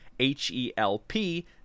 H-E-L-P